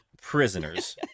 prisoners